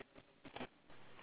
nope you can't sing